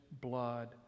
blood